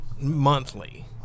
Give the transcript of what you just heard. monthly